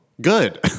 good